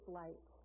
light